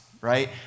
right